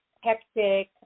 hectic